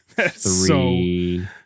three